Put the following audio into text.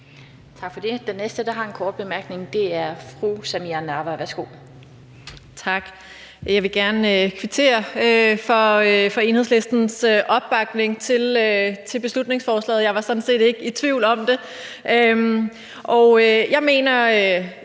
Jeg vil gerne kvittere for Enhedslistens opbakning til beslutningsforslaget; jeg var sådan set ikke i tvivl om det.